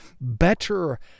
Better